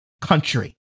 country